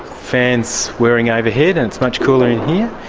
fans whirring ah overhead and it's much cooler in here.